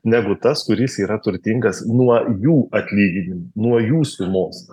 negu tas kuris yra turtingas nuo jų atlyginimų nuo jų sumos